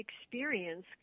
experience